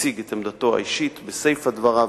הציג את עמדתו האישית בסיפא של דבריו.